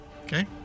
Okay